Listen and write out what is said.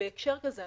בהקשר כזה,